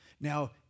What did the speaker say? Now